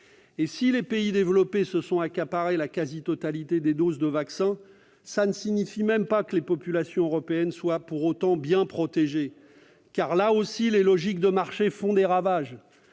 Si les pays développés se sont accaparés la quasi-totalité des doses de vaccin, cela ne signifie même pas que les populations européennes sont pour autant bien protégées. Là aussi, en effet, les logiques de marché font des ravages.